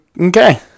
Okay